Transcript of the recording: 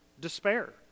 Despair